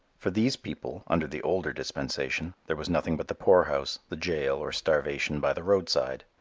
for these people, under the older dispensation, there was nothing but the poorhouse, the jail or starvation by the roadside.